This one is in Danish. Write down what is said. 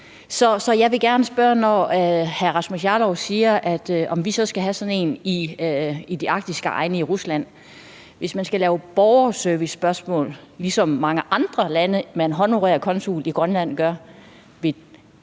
jeg vil gerne spørge, når hr. Rasmus Jarlov spørger, om vi så skal have sådan en i de arktiske egne i Rusland, og hvis man skal tage sig af borgerservicespørgsmål, ligesom mange andre lande med en honorær konsul i Grønland gør: